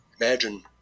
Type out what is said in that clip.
imagine